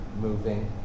moving